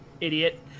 idiot